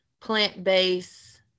plant-based